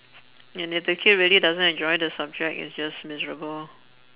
and if the kid really doesn't enjoy the subject it's just miserable